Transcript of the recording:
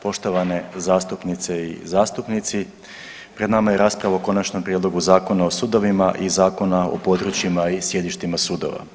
Poštovane zastupnice i zastupnici, pred nama je rasprava o Konačnom prijedlogu Zakona o sudovima i Zakona o područjima i sjedištima sudova.